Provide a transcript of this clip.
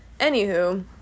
Anywho